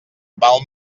val